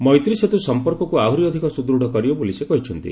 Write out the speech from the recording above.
ମୈତ୍ରୀ ସେତୁ ସମ୍ପର୍କକୁ ଆହୁରି ଅଧିକ ସୁଦୂଢ଼ କରିବ ବୋଲି ସେ କହିଛନ୍ତି